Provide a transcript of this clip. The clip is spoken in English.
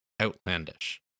outlandish